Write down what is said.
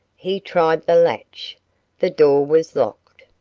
he tried the latch the door was locked.